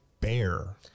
Bear